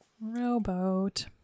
Rowboat